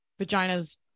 vaginas